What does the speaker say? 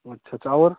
अच्छा छा और